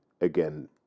again